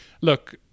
look